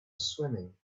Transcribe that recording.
swimming